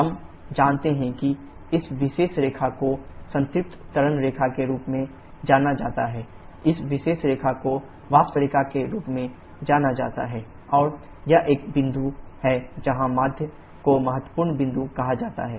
हम जानते हैं कि इस विशेष रेखा को संतृप्त तरल रेखा के रूप में जाना जाता है इस विशेष रेखा को वाष्प रेखा के रूप में जाना जाता है और यह एक बिंदु है जहाँ मध्य को महत्वपूर्ण बिंदु कहा जाता है